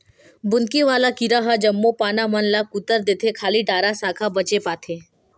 बुंदकी वाला कीरा ह जम्मो पाना मन ल कुतर देथे खाली डारा साखा बचे पाथे